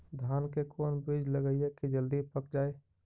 धान के कोन बिज लगईयै कि जल्दी पक जाए?